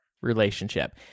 relationship